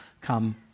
come